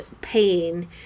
pain